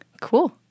Cool